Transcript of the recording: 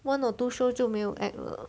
one or two shows 就没有 act 了